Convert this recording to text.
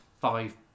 five